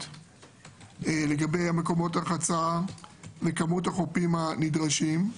לגבי מקומות הרחצה לכמות החופים הנדרשים,